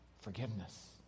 forgiveness